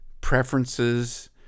preferences